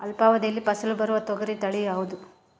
ಅಲ್ಪಾವಧಿಯಲ್ಲಿ ಫಸಲು ಬರುವ ತೊಗರಿ ತಳಿ ಯಾವುದುರಿ?